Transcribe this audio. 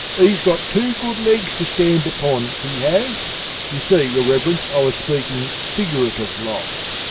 he's got two good legs to stand upon, he has you see, your reverence, i was speaking figurative-like.